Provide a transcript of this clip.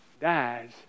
dies